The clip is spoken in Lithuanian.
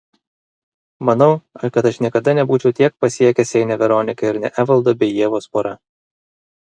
manau kad aš niekada nebūčiau tiek pasiekęs jei ne veronika ir ne evaldo bei ievos pora